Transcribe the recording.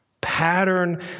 Pattern